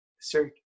Sir